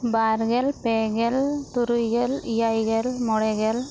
ᱵᱟᱨᱜᱮᱞ ᱯᱮᱜᱮᱞ ᱛᱩᱨᱩᱭ ᱜᱮᱞ ᱮᱭᱟᱭ ᱜᱮᱞ ᱢᱚᱬᱮ ᱜᱮᱞ